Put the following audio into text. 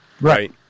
Right